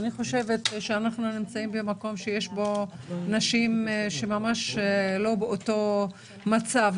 אני חושבת שאנחנו נמצאים במקום שיש בו נשים שממש לא באותו מצב.